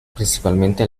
principalmente